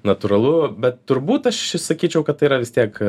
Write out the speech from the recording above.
natūralu bet turbūt aš sakyčiau kad tai yra vis tiek